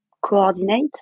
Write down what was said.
coordinate